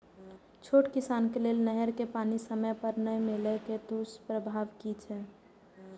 छोट किसान के लेल नहर के पानी समय पर नै मिले के दुष्प्रभाव कि छै?